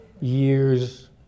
years